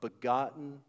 begotten